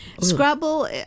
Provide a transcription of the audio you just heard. Scrabble